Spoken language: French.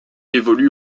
évolue